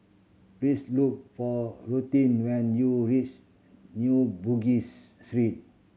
please look for Rutin when you New Bugis Street